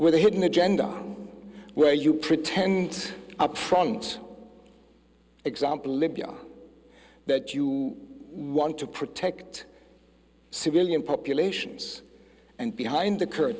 with a hidden agenda where you pretend up front example libya that you want to protect civilian populations and behind the curtain